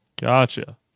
Gotcha